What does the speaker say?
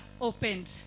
opened